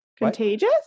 Contagious